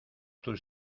tus